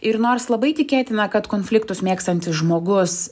ir nors labai tikėtina kad konfliktus mėgstantis žmogus